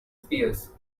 spears